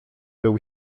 był